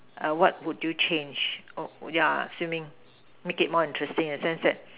err what would you change oh ya swimming make it more interesting in the sense that